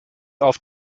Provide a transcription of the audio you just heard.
auf